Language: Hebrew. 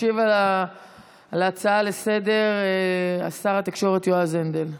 ישיב על ההצעה לסדר-היום שר התקשורת יועז הנדל.